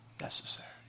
necessary